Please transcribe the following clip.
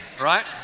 right